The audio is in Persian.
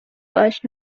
باش